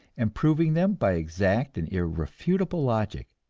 and proving them by exact and irrefutable logic,